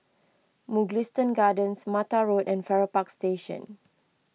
Mugliston Gardens Mattar Road and Farrer Park Station